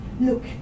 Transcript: look